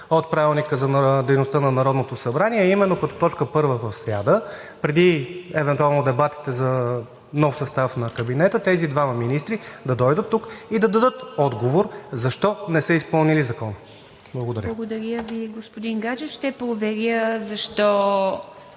за организацията и дейността на Народното събрание, а именно като точка първа в сряда, преди евентуално дебатите за нов състав на кабинета, тези двама министри да дойдат тук и да дадат отговор защо не са изпълнили закона. Благодаря.